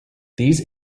these